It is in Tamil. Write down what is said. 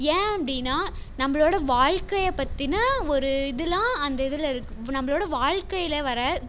ஏன் அப்படின்னா நம்மளோட வாழ்க்கைப் பற்றின ஒரு இதுலாம் அந்த இதில் இருக்குது இப்போ நம்மளோட வாழ்க்கையில் வர்ற